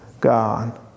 God